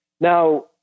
Now